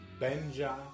Benja